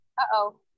uh-oh